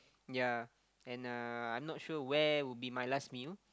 yea and uh I'm not sure where would be my last meal